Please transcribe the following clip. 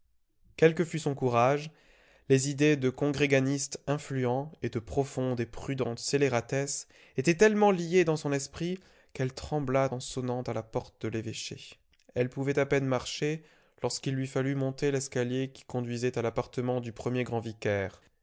que fût son courage les idées de congréganiste influent et de profonde et prudente scélératesse étaient tellement lices dans son esprit qu'elle trembla en sonnant à la porte de l'évêché elle pouvait à peine marcher lorsqu'il lui fallut monter l'escalier qui conduisait à l'appartement du premier grand vicaire